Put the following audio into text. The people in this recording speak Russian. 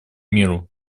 миру